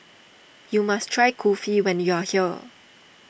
you must try Kulfi when you are here